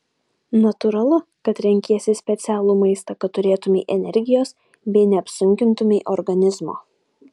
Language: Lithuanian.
natūralu kad renkiesi specialų maistą kad turėtumei energijos bei neapsunkintumei organizmo